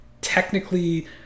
Technically